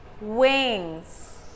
Wings